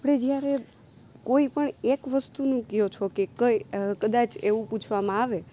આપણે જ્યારે કોઈપણ એક વસ્તુની કહો છો કે કઈ કદાચ એવું પૂછવામાં આવે